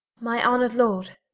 my honour'd lord